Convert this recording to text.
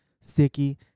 sticky